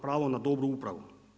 Pravo na dobru upravu.